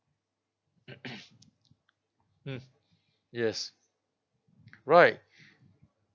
mm yes right